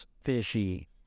fishy